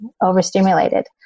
overstimulated